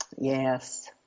Yes